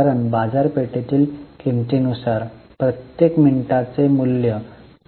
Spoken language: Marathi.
कारण बाजरपेठेतील किंमतींनुसार प्रत्येक मिनिटाचे मूल्य